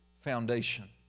foundation